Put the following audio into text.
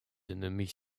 ennemis